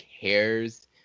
cares